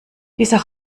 dieser